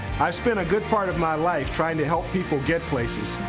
i spent a good part of my life trying to help people get places,